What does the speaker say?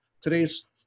Today's